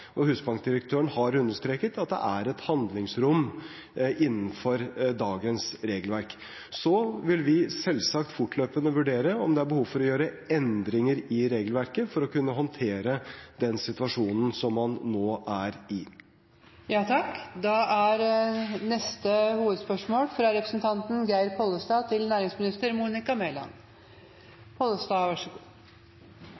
Husbankdirektøren har understreket at det er et handlingsrom innenfor dagens regelverk. Vi vil selvsagt fortløpende vurdere om det er behov for å gjøre endringer i regelverket for å kunne håndtere den situasjonen man nå er i.